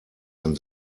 ein